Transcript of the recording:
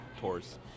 tours